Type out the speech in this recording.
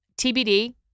TBD